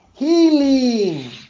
Healing